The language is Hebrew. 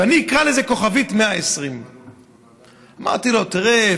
ואני אקרא לזה כוכבית 120. אמרתי לו: תראה,